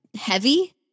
heavy